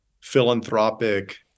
philanthropic